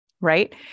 right